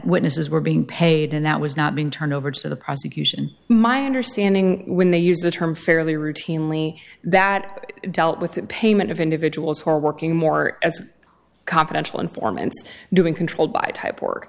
witnesses were being paid and that was not being turned over to the prosecution my understanding when they used the term fairly routinely that dealt with payment of individuals who are working more as confidential informants doing controlled by type wor